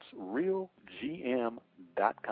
RealGM.com